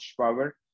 power